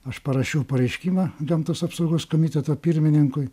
aš parašiau pareiškimą gamtos apsaugos komiteto pirmininkui